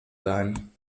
sein